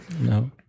No